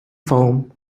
foam